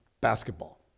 basketball